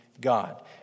God